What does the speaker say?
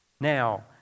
Now